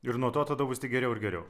ir nuo to tada bus geriau ir geriau